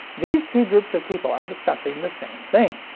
these two groups of people are discussing the same thing.